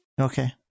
Okay